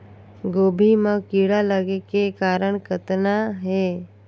गोभी म कीड़ा लगे के कारण कतना हे?